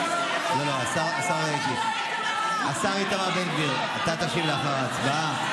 השר איתמר בן גביר, אתה תשיב לאחר ההצבעה.